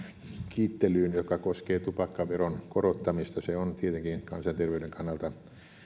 kiittelyyn joka koskee tupakkaveron korottamista se on tietenkin kansanterveyden kannalta